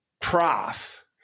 prof